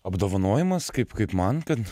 apdovanojimas kaip kaip man kad